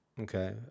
Okay